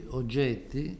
oggetti